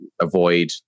avoid